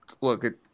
look